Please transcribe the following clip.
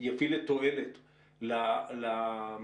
יביא תועלת למדינה,